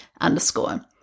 underscore